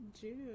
June